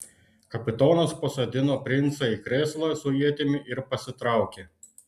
kapitonas pasodino princą į krėslą su ietimi ir pasitraukė